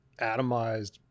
atomized